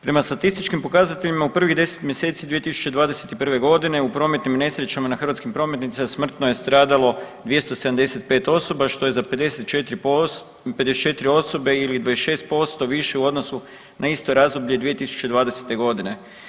Prema statističkim pokazateljima u prvih 10 mjeseci 2021. godine u prometnim nesrećama na hrvatskim prometnicama smrtno je stradalo 275 osoba što je za 54 osobe ili 26% više u odnosu na isto razdoblje 2020. godine.